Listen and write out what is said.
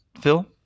Phil